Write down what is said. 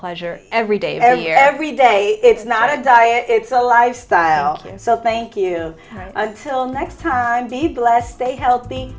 pleasure every day or every day it's not a diet it's a lifestyle so thank you until next time be blessed stay healthy